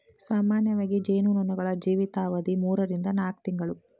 ಸಾಮಾನ್ಯವಾಗಿ ಜೇನು ನೊಣಗಳ ಜೇವಿತಾವಧಿ ಮೂರರಿಂದ ನಾಕ ತಿಂಗಳು